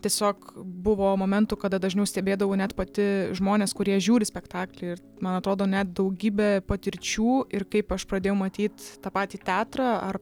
tiesiog buvo momentų kada dažniau stebėdavau net pati žmones kurie žiūri spektaklį ir man atrodo net daugybė patirčių ir kaip aš pradėjau matyt tą patį teatrą ar